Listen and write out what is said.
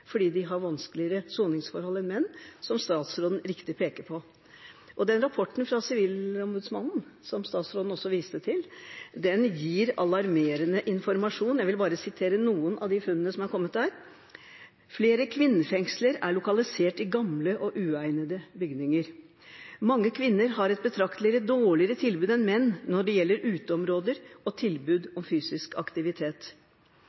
fordi de har vanskeligere soningsforhold enn menn, som statsråden riktig peker på. Rapporten fra Sivilombudsmannen, som statsråden også viste til, gir alarmerende informasjon. Jeg vil bare sitere noen av funnene der: «Flere kvinnefengsler er lokalisert i gamle og uegnede bygninger. Mange kvinner har et betraktelig dårligere tilbud enn menn når det gjelder uteområder og